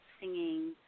singing